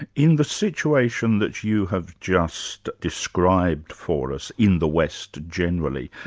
and in the situation that you have just described for us in the west generally,